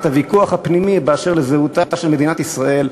הוויכוח הפנימי בדבר זהותה של מדינת ישראל.